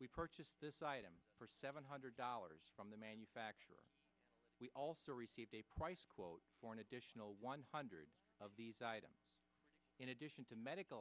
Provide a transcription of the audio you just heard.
we purchased this item for seven hundred dollars from the manufacturer we also received a price quote for an additional one hundred of these items in addition to medical